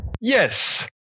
Yes